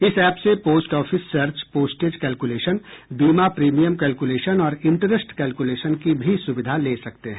इस एप से post office search postage calculation बीमा प्रीमियम कैलकुलेशन और इंटरेस्ट कैलकुलेशन की भी सुविधा ले सकते हैं